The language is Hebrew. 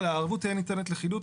"הערבות תהא ניתנת לחילוט".